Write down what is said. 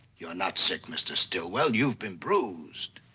you're not sick, mr. stillwell. you've been bruised.